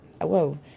whoa